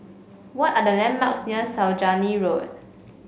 what are the landmarks near Saujana Road